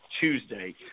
Tuesday